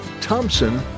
Thompson